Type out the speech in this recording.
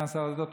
סגן שר הדתות,